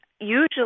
usually